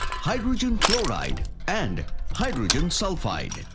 hydrogen fluoride and hydrogen sulfide.